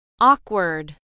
Awkward